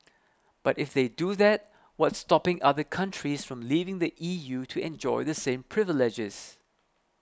but if they do that what's stopping other countries from leaving the E U to enjoy the same privileges